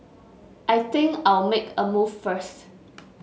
I think I'll make a move first